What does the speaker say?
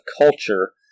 culture